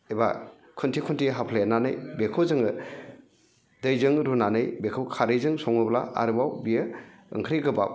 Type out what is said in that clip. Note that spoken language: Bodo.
एबा खुन्थि खुन्थि हाफ्लेनानै बेखौ जोङो दैजों रुनानै बेखौ खारैजों सङोब्ला आरोबाव बियो ओंख्रि गोबाब